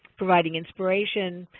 providing inspiration,